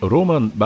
Roman